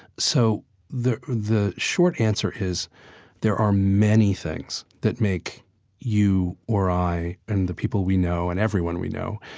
so the the short answer is there are many things that make you or i and the people we know and everyone we know